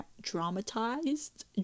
dramatized